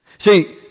See